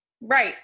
Right